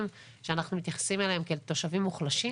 שאנחנו מתייחסים אליהם כאל תושבים מוחלשים,